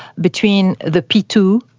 between the p two,